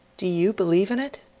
do you believe in it?